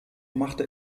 machte